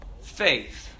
faith